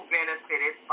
benefited